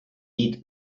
eat